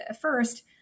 First